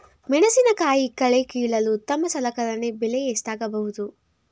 ಮೆಣಸಿನಕಾಯಿ ಕಳೆ ಕೀಳಲು ಉತ್ತಮ ಸಲಕರಣೆ ಬೆಲೆ ಎಷ್ಟಾಗಬಹುದು?